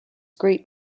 greet